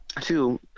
two